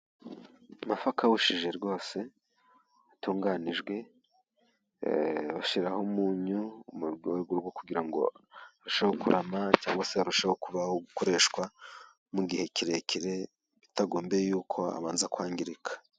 Amafi akabushije rwose, atunganijwe, bashyiraho umunyu mu rwego rwo kugira ngo arusheho kurama, cyangwa se arusheho kubaho, gukoreshwa mu gihe kirekire bitagombeye yuko abanza kwangirika.